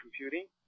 computing